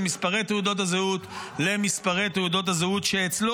מספרי תעודות הזהות למספרי תעודות הזהות שאצלו,